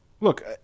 Look